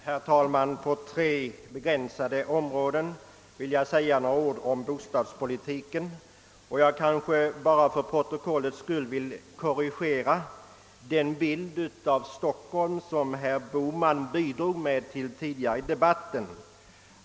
Herr talman! Jag vill säga några ord om bostadspolitiken på tre begränsade områden. Jag vill först kanske bara för protokollets skull korrigera den bild av Stockholm som herr Bohman bidrog med tidigare i debatten.